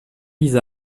vise